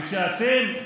וכשאתם,